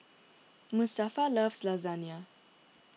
Mustafa loves Lasagne